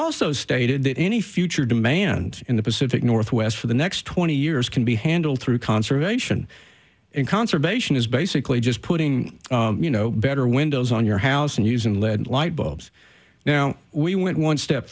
also stated that any future demand in the pacific northwest for the next twenty years can be handled through conservation and conservation is basically just putting you know better windows on your house and using led light bulbs now we went one step